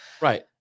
right